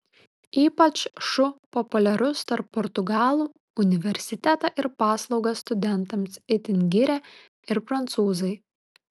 ypač šu populiarus tarp portugalų universitetą ir paslaugas studentams itin giria ir prancūzai